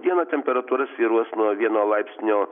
dieną temperatūra svyruos nuo vieno laipsnio